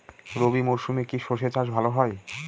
রবি মরশুমে কি সর্ষে চাষ ভালো হয়?